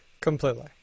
Completely